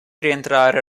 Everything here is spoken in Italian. rientrare